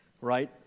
right